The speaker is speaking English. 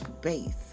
base